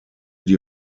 die